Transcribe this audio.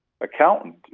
accountant